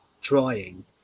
trying